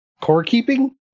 Core-keeping